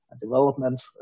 development